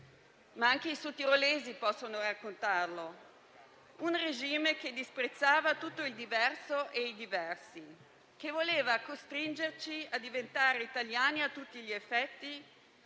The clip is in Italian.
ma anche i sudtirolesi possono raccontarlo: quel regime disprezzava tutto il diverso e i diversi, voleva costringerci a diventare italiani a tutti gli effetti,